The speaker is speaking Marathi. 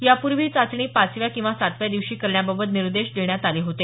यापूर्वी ही चाचणी पाचव्या किंवा सातव्या दिवशी करण्याबाबत निर्देश देण्यात आले होते